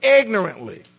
ignorantly